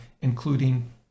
including